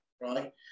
right